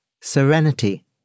serenity